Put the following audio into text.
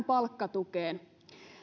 palkkatukeen